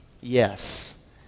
yes